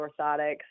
orthotics